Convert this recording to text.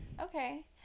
Okay